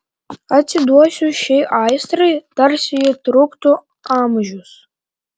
atsiduosiu šiai aistrai tarsi ji truktų amžius